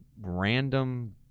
random-